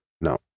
No